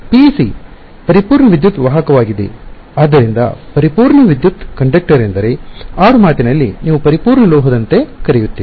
PEC ಪರಿಪೂರ್ಣ ವಿದ್ಯುತ್ ವಾಹಕವಾಗಿದೆ ಆದ್ದರಿಂದ ಪರಿಪೂರ್ಣ ವಿದ್ಯುತ್ ಕಂಡಕ್ಟರ್ ಎಂದರೆ ಆಡುಮಾತಿನಲ್ಲಿ ನೀವು ಪರಿಪೂರ್ಣ ಲೋಹದಂತೆ ಕರೆಯುತ್ತೀರಿ